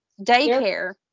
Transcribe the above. Daycare